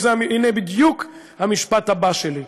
זה בדיוק המשפט הבא שלי.